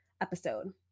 episode